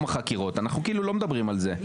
החקירות ואנחנו כאילו לא מדברים על זה,